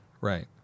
Right